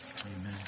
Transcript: Amen